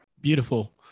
Beautiful